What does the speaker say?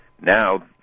now